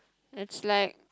it's like